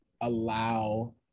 allow